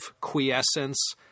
quiescence